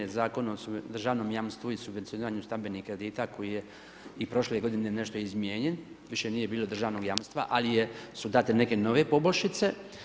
Zakon o državnom jamstvu i subvencioniranju stambenih kredita koji je i prošle godine nešto izmijenjen, više nije bilo državnog jamstva ali su date neke nove poboljšice.